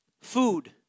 Food